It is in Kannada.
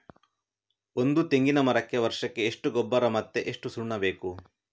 ಒಂದು ತೆಂಗಿನ ಮರಕ್ಕೆ ವರ್ಷಕ್ಕೆ ಎಷ್ಟು ಗೊಬ್ಬರ ಮತ್ತೆ ಎಷ್ಟು ಸುಣ್ಣ ಬೇಕು?